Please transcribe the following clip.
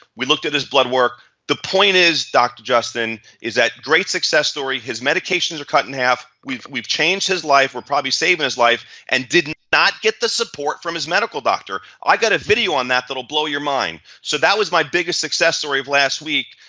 we looked at his blood work. the point is dr. justin is that great success story his medications are cut in half. we've we've changed his life. we're probably saving his life and did not get the support from his medical doctor. i got a video on that that'll blow your mind. so that was my biggest success of last week,